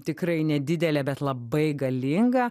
tikrai nedidelė bet labai galinga